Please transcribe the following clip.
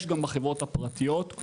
יש גם בחברות הפרטיות.